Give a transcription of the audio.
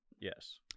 Yes